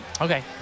Okay